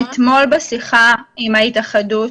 אתמול בשיחה עם ההתאחדות